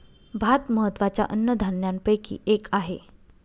भात महत्त्वाच्या अन्नधान्यापैकी एक आहे